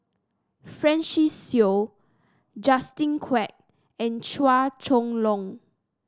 Francis Seow Justin Quek and Chua Chong Long